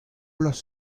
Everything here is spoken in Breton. bloaz